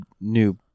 new